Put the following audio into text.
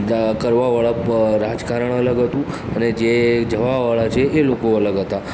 દ કરવાવાળા પ રાજકારણ અલગ હતું અને જે જવાવાળા છે એ લોકો અલગ હતા